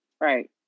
Right